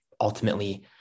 ultimately